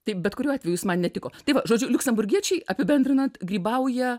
tai bet kuriuo atveju man netiko tik žodžiu liuksemburgiečiai apibendrinant grybauja